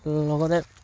লগতে